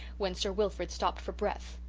when sir wilfrid stopped for breath.